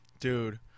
Dude